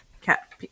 Cat